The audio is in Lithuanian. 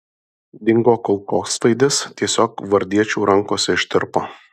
dingo kulkosvaidis tiesiog gvardiečių rankose ištirpo